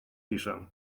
piszę